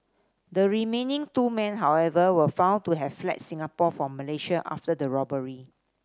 the remaining two men however were found to have fled Singapore for Malaysia after the robbery